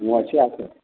ମୁଁ ଅଛି ଆସ